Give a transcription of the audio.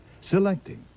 selecting